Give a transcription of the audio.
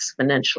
exponentially